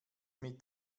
mit